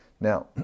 Now